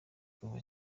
kuva